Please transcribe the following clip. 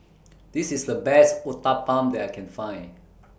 This IS The Best Uthapam that I Can Find